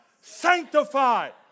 Sanctified